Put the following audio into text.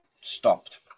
stopped